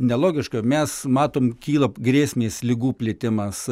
nelogiška mes matom kyla grėsmės ligų plitimas